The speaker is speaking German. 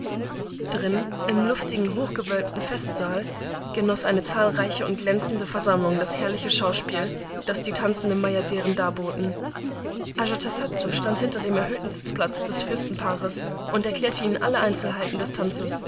drinnen im luftigen hochgewölbten festsaal genoß eine zahlreiche und glänzende versammlung das herrliche schauspiel das die tanzenden bajaderen darboten ajatasattu stand hinter dem erhöhten sitzplatz des fürstenpaares und erklärte ihnen alle einzelheiten des tanzes